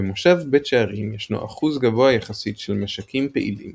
במושב בית שערים ישנו אחוז גבוה יחסית של משקים פעילים